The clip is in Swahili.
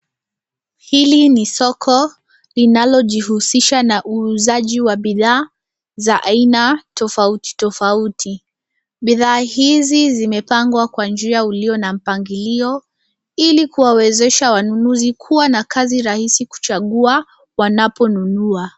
Hili ni soko linalojihusisha na uuzaji wa bidhaa za aina tofauti tofauti. Bidhaa hizi zimepangwa kwa njia ulio na mpangilio, ili kuwawezesha wanunuzi kuwa na kazi rahisi kuchagua wanaponunua.